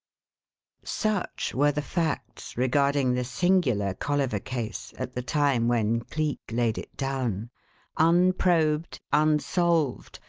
such were the facts regarding the singular colliver case at the time when cleek laid it down unprobed, unsolved,